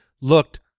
looked